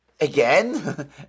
again